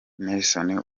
nelson